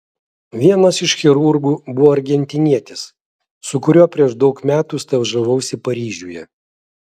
vienas iš chirurgų buvo argentinietis su kuriuo prieš daug metų stažavausi paryžiuje